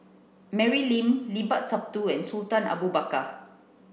Mary Lim Limat Sabtu and Sultan Abu Bakar